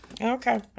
Okay